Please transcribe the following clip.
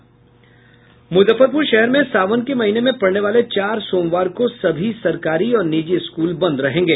मूजफ्फरपूर शहर में सावन के महीने में पड़ने वाले चार सोमवार को सभी सरकारी और निजी स्कूल बंद रहेंगे